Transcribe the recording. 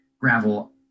gravel